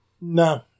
No